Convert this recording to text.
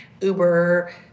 Uber